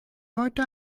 heute